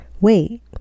Wait